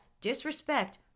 disrespect